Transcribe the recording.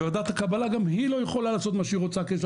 וועדת הקבלה גם היא לא יכולה לעשות מה שהיא רוצה כי יש